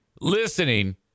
listening